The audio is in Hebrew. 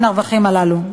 מן הרווחים הללו?